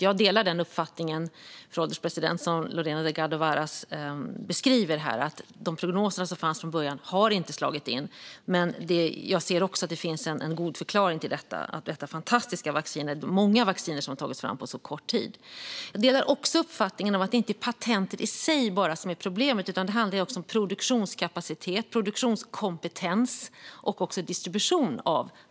Jag delar Lorena Delgado Varas uppfattning att prognoserna inte har slagit in, men jag ser också att det finns en bra förklaring till det i och med att många vacciner togs fram på kort tid. Jag delar också uppfattningen att det inte är bara patentet i sig som är problemet. Det handlar också om produktionskapacitet, produktionskompetens och distribution.